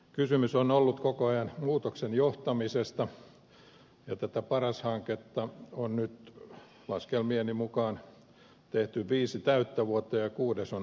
kysymys on ollut koko ajan muutoksen johtamisesta ja tätä paras hanketta on nyt laskelmieni mukaan tehty viisi täyttä vuotta ja kuudes on alkamassa